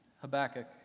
Habakkuk